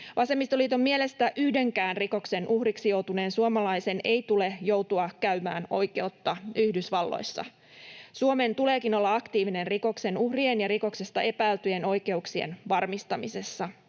Vasemmistoliiton mielestä yhdenkään rikoksen uhriksi joutuneen suomalaisen ei tule joutua käymään oikeutta Yhdysvalloissa. Suomen tuleekin olla aktiivinen rikoksen uhrien ja rikoksesta epäiltyjen oikeuksien varmistamisessa.